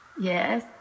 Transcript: Yes